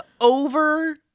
over